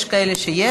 יש כאלה שיש בהם.